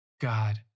God